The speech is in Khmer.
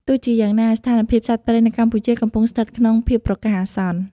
ទោះជាយ៉ាងណា ស្ថានភាពសត្វព្រៃនៅកម្ពុជាកំពុងស្ថិតក្នុងភាពប្រកាសអាសន្ន។